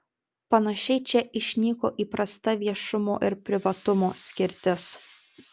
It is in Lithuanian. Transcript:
panašiai čia išnyko įprasta viešumo ir privatumo skirtis